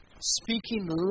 speaking